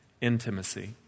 Intimacy